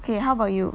okay how about you